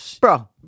Bro